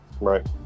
right